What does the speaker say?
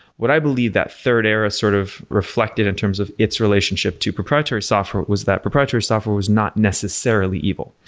what i believe that third era sort of reflected in terms of its relationship to proprietary software was that proprietary software was not necessarily evil.